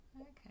Okay